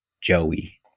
Joey